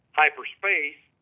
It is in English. hyperspace